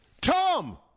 Tom